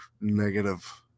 negative